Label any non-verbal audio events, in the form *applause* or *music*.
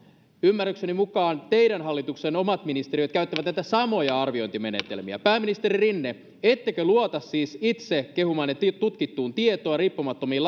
ymmärrykseni mukaan teidän hallituksenne omat ministeriöt käyttävät näitä samoja arviointimenetelmiä pääministeri rinne ettekö luota siis itse kehumaanne tutkittuun tietoon riippumattomiin *unintelligible*